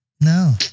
No